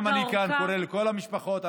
גם אני כאן קורא לכל המשפחות.